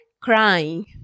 crying